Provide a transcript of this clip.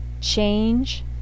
change